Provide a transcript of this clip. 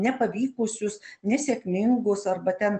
nepavykusius nesėkmingus arba ten